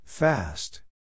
Fast